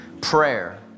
Prayer